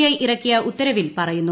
I ഇറക്കിയ ഉത്തരവിൽ പറയുന്നു